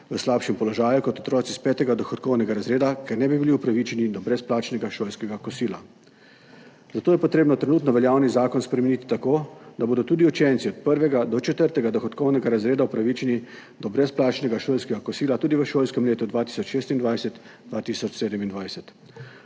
v slabšem položaju kot otroci iz petega dohodkovnega razreda, ker ne bi bili upravičeni do brezplačnega šolskega kosila. Zato je treba trenutno veljavni zakon spremeniti tako, da bodo tudi učenci od prvega do četrtega dohodkovnega razreda upravičeni do brezplačnega šolskega kosila tudi v šolskem letu 2026/2027,